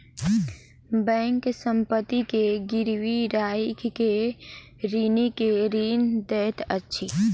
bank संपत्ति के गिरवी राइख के ऋणी के ऋण दैत अछि